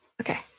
Okay